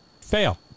fail